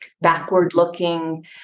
backward-looking